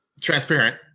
transparent